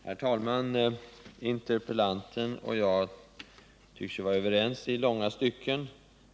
Herr talman! Interpellanten och jag tycks vara överens i långa stycken.